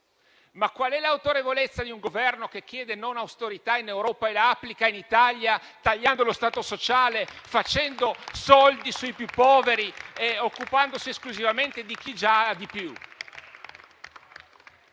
Ma qual è l'autorevolezza di un Governo che chiede non austerità in Europa e la applica in Italia tagliando lo stato sociale, facendo soldi sui più poveri e occupandosi esclusivamente di chi ha già di più?